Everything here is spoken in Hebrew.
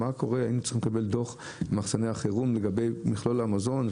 מה קורה היינו צריכים לקבל דוח מחסני החירום לגבי מכלול המזון,